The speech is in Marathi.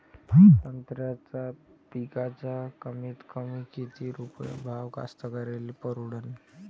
संत्र्याचा पिकाचा कमीतकमी किती रुपये भाव कास्तकाराइले परवडन?